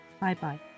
Bye-bye